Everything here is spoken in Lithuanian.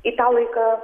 į tą laiką